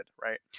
Right